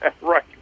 Right